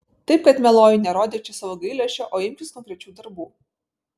taip kad mieloji nerodyk čia savo gailesčio o imkis konkrečių darbų